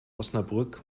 osnabrück